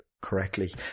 correctly